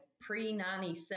pre-97